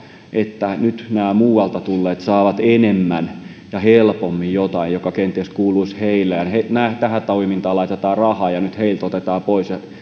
että nyt nämä muualta tulleet saavat enemmän ja helpommin jotain mikä kenties kuuluisi heille ja että tähän toimintaan laitetaan rahaa ja nyt heiltä otetaan pois ja heillä